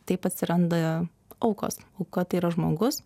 taip atsiranda aukos auka tai yra žmogus